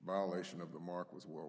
violation of the mark was world